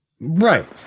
Right